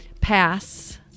pass